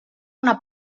una